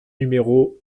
numéro